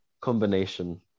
combination